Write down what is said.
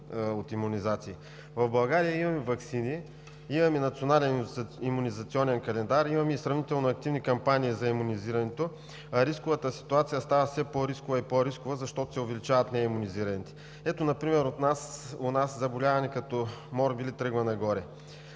от имунизации. В България имаме ваксини, имаме Национален имунизационен календар, имаме сравнително активни кампании за имунизирането, а ситуацията става все по-рискова и по-рискова, защото се увеличават неимунизираните. Ето например у нас заболяване като морбили тръгва нагоре.